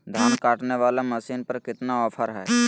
धान काटने वाला मसीन पर कितना ऑफर हाय?